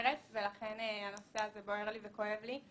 מחוברת ולכן הנושא הזה בוער לי וכואב לי.